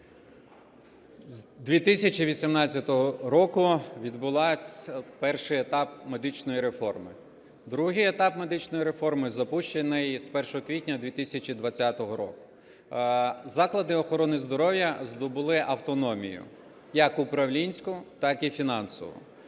З 2018 року відбувся перший етап медичної реформи. Другий етап медичної реформи запущений з 1 квітня 2020 року. Заклади охорони здоров'я здобули автономію як управлінську, так і фінансову.